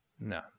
No